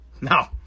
no